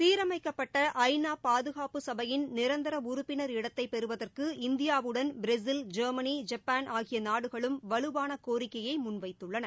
சீரமைக்கப்பட்ட ஐ நா பாதுகாப்பு சபையின் நிரந்தர உறுப்பினர் இடத்தை பெறுவதற்கு இந்தியாவுடன் பிரேசில் ஜெர்மனி ஜப்பான் ஆகிய நாடுகளும் வலுவான கோரிக்கையை முன்வைத்துள்ளன